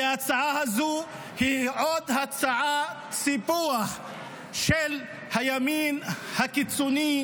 כי ההצעה הזו היא עוד הצעת סיפוח של הימין הקיצוני,